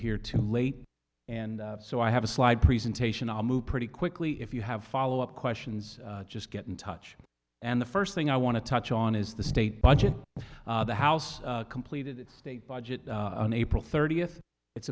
here too late and so i have a slide presentation i'll move pretty quickly if you have follow up questions just get in touch and the first thing i want to touch on is the state budget the house completed state budget on april thirtieth it's